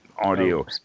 audio